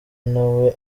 nawe